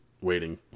waiting